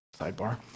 Sidebar